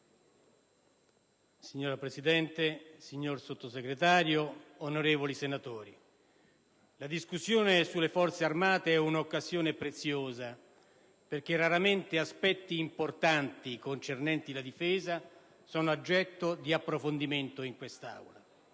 Signora Presidente, signor Sottosegretario, onorevoli senatori, la discussione sulle Forze armate è un'occasione preziosa perché raramente aspetti importanti concernenti la difesa sono oggetto di approfondimento in quest'Aula.